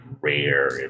rare